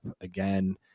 again